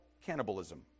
cannibalism